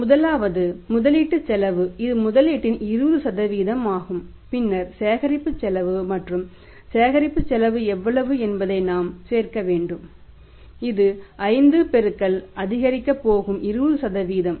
முதலாவது முதலீட்டு செலவு இது முதலீட்டின் 20 ஆகும் பின்னர் சேகரிப்பு செலவு மற்றும் சேகரிப்பு செலவு எவ்வளவு என்பதை நாம் சேர்க்க வேண்டும் இது 5 பெருக்கல் அதிகரிக்க போகும் 20